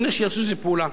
לפני שיעשו איזה פעולה.